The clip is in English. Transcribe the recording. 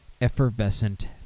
effervescent